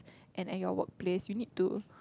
and at your workplace you need to